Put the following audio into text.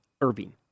Irving